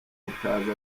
rikaza